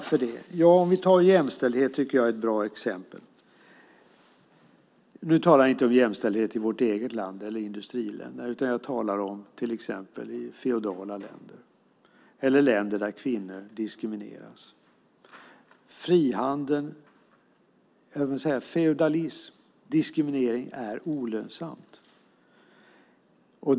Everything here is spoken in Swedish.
Låt mig ta jämställdhet som ett bra exempel. Nu talar jag inte om jämställdhet i vårt eget land eller i industriländerna utan om hur det är i till exempel feodala länder eller länder där kvinnor diskrimineras. Feodalism och diskriminering är olönsamt.